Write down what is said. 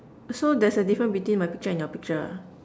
so there's a different between my picture and your picture ah